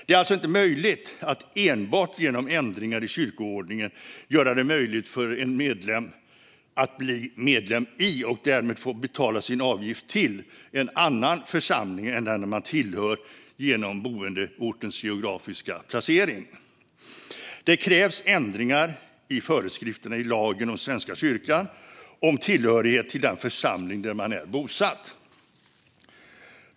Det går alltså inte enbart genom ändringar i kyrkoordningen att göra det möjligt för en medlem att bli medlem i - och därmed få betala sin avgift till - en annan församling än den som man tillhör genom boendeortens geografiska placering. Det krävs ändringar i föreskrifterna i lagen om Svenska kyrkan om tillhörighet till den församling där man är bosatt.